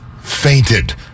fainted